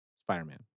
Spider-Man